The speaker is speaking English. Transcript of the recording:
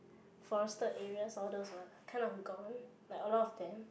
forested areas all those were kind of gone like a lot of them